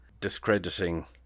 discrediting